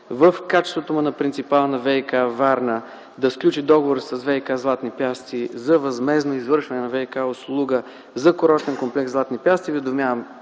в качеството му на принципал на ВиК-Варна да сключи договор с ВиК – „Златни пясъци” за възмездно извършване на ВиК-услуга за Курортен комплекс „Златни пясъци”, Ви уведомявам